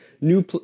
new